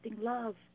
love